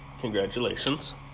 congratulations